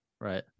right